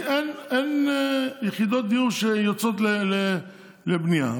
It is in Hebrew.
כי אין יחידות דיור שיוצאות לבנייה,